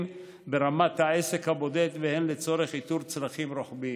ברמת העסק הבודד והן לצורך איתור צרכים רוחביים.